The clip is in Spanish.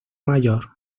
mayor